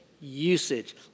usage